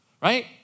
right